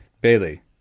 Bailey